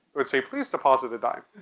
would say, please deposit a dime.